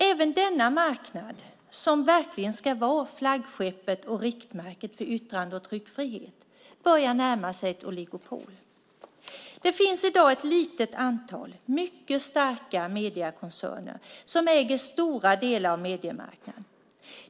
Även denna marknad som verkligen ska vara flaggskeppet och riktmärket för yttrande och tryckfrihet börjar närma sig ett oligopol. Det finns i dag ett litet antal mycket starka mediekoncerner som äger stora delar av mediemarknaden.